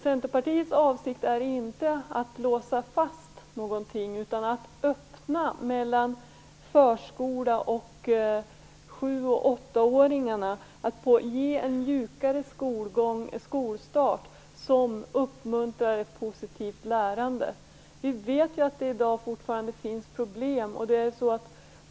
Centerpartiets avsikt är inte att låsa fast någonting utan att öppna mellan förskola och 7 och 8-åringarna, att ge en mjukare skolstart som uppmuntrar ett positivt lärande. Vi vet att det i dag fortfarande finns problem.